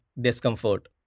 discomfort